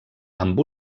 amb